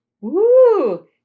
Woo